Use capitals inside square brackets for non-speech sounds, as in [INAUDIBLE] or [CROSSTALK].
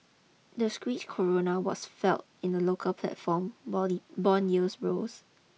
the Czech koruna was [UNINTELLIGIBLE] in the local platform while [UNINTELLIGIBLE] bond yields rose